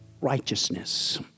righteousness